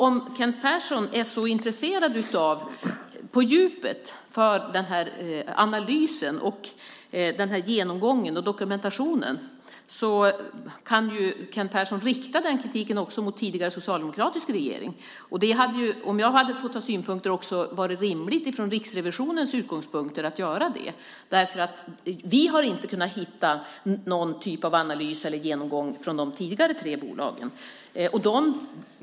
Om Kent Persson på djupet är så intresserad av den här analysen, genomgången och dokumentationen kan Kent Persson rikta sin kritik också mot den tidigare socialdemokratiska regeringen. Det hade också - om jag får ha synpunkter - varit rimligt från Riksrevisionens utgångspunkt att göra det. Vi har inte kunnat hitta någon typ av analys eller genomgång när det gäller de tidigare tre bolagen.